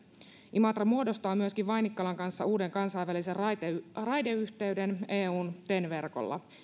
imatra muodostaa myöskin vainikkalan kanssa uuden kansainvälisen raideyhteyden eun ten verkolla